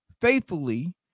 faithfully